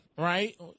Right